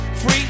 Free